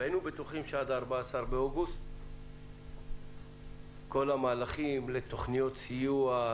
והיינו בטוחים שעד 14 באוגוסט כל המהלכים לתוכניות סיוע,